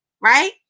right